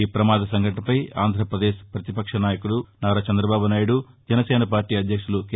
ఈ ప్రమాద సంఘటనపై ఆంధ్రాపదేశ్ పతిపక్ష నేత నారా చందబాబు నాయుడు జనసేన పార్టీ అధ్యక్షులు కె